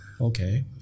Okay